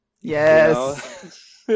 Yes